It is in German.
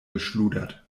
geschludert